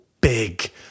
big